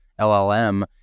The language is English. LLM